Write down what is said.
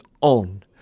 on